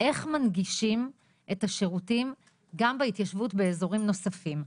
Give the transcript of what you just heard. איך מנגישים את השירותים גם בהתיישבות באזורים נוספים.